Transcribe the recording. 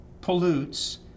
pollutes